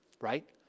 Right